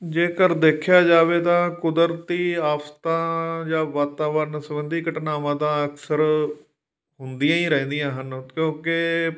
ਜੇਕਰ ਦੇਖਿਆ ਜਾਵੇ ਤਾਂ ਕੁਦਰਤੀ ਆਫਤਾਂ ਜਾਂ ਵਾਤਾਵਰਨ ਸਬੰਧੀ ਘਟਨਾਵਾਂ ਤਾਂ ਅਕਸਰ ਹੁੰਦੀਆਂ ਹੀ ਰਹਿੰਦੀਆਂ ਹਨ ਕਿਉਂਕਿ